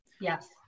Yes